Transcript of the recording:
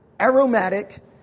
aromatic